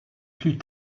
plus